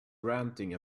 ranting